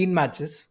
matches